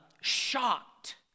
shocked